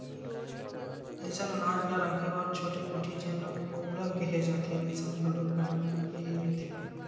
असइन अनाज ल राखे बर छोटे कोठी जेन ल पउला केहे जाथे वइसन घलोक बनाए गे रहिथे